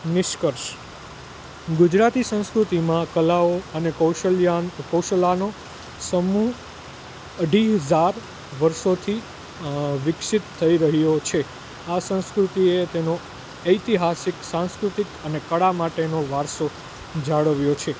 નિષ્કર્ષ ગુજરાતી સંસ્કૃતિમાં કલાઓ અને કૌશલ્યનો સમૂહ અઢી હજાર વર્ષોથી વિકસિત થઈ રહ્યો છે આ સંસ્કૃતિએ તેનો ઐતિહાસિક સાંસ્કૃતિક અને કળા માટેનો વારસો જાળવ્યો છે